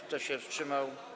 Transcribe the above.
Kto się wstrzymał?